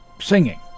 singing